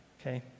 okay